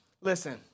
Listen